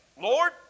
Lord